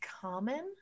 common